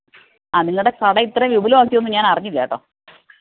ആ നിങ്ങളുടെ കട ഇത്രയും വിപുലമാക്കിയതൊന്നും ഞാൻ അറിഞ്ഞില്ല കേട്ടോ